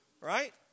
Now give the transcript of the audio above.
right